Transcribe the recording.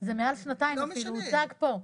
זה מעל שנתיים אפילו הוצג פה.